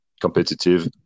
Competitive